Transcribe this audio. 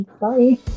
Bye